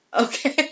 Okay